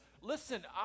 listen